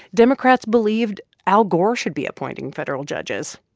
democrats believed al gore should be appointing federal judges,